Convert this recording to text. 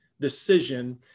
decision